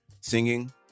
singing